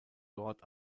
dort